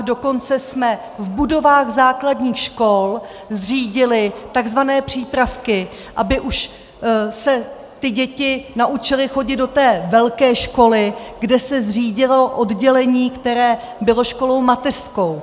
Dokonce jsme v budovách základních škol zřídili tzv. přípravky, aby už se děti naučily chodit do té velké školy, kde se zřídilo oddělení, které bylo školou mateřskou.